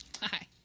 hi